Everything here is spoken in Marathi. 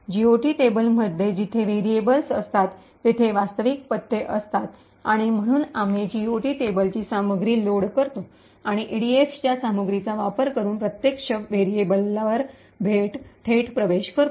जीओटी टेबलमध्ये जिथे व्हेरिएबल्स असतात तिथे वास्तविक पत्ते असतात आणि म्हणूनच आम्ही जीओटी टेबलची सामग्री लोड करतो आणि ईडीएक्स च्या सामग्रीचा वापर करुन प्रत्यक्ष व्हेरिएबलवर थेट प्रवेश करतो